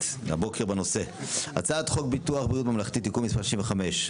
הבוקר בנושא הצעת חוק ביטוח בריאות ממלכתי (תיקון מס' 65)